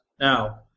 now